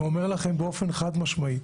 ואני אומר לכם באופן חד משמעית: